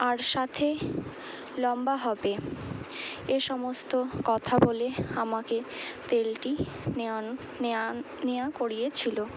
আর সাথে লম্বা হবে এ সমস্ত কথা বলে আমাকে তেলটি নেয়ানো নেওয়া নেওয়া করিয়েছিলো